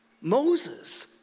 Moses